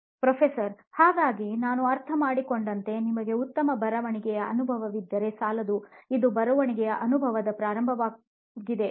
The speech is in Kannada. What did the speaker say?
ಪ್ರೊಫೆಸರ್ ಹಾಗಾಗಿ ನಾನು ಅರ್ಥಮಾಡಿಕೊಂಡಂತೆ ನಿಮಗೆ ಉತ್ತಮ ಬರವಣಿಗೆಯ ಅನುಭವವಿದ್ದರೆ ಸಾಲದುಇದು ಬರವಣಿಗೆಯ ಅನುಭವದ ಪ್ರಾರಂಭವಾಗಿದೆ ಸರಿ